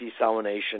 desalination